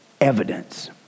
evidence